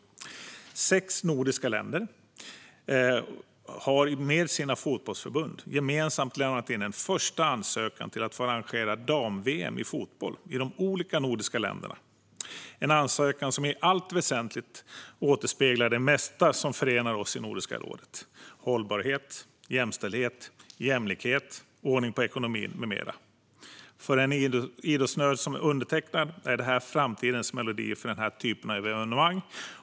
Sex nordiska länder har med sina fotbollsförbund gemensamt lämnat in en första ansökan om att få arrangera dam-VM i fotboll i de olika nordiska länderna. Det är en ansökan som i allt väsentligt återspeglar det mesta som förenar oss i Nordiska rådet - hållbarhet, jämställdhet, jämlikhet, ordning på ekonomin med mera. För en idrottsnörd som jag är det här framtidens melodi för denna typ av evenemang.